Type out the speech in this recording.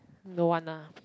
don't want nah